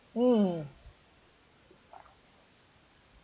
mm